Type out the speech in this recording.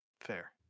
Fair